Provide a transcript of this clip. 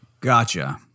Gotcha